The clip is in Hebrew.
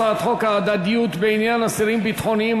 הצעת חוק ההדדיות בעניין אסירים ביטחוניים,